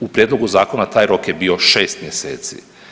U prijedlogu zakona taj rok je bio 6 mjeseci.